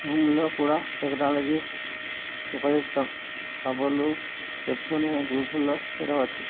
భూముల్లో కూడా టెక్నాలజీ ఉపయోక్తం కబుర్లు చెప్పుకునే గ్రూపుల్లో చేరవచ్చు